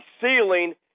ceiling